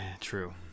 True